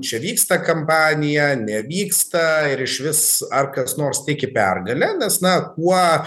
čia vyksta kampanija nevyksta ir išvis ar kas nors tiki pergale nes na kuo